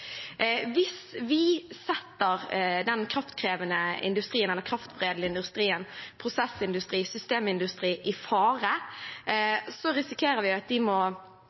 Hvis vi setter kraftkrevende eller kraftforedlende industri, prosessindustri eller systemindustri i fare, risikerer vi at de må